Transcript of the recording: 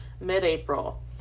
mid-April